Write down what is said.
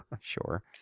Sure